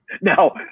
Now